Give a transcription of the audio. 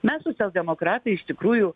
mes socialdemokratai iš tikrųjų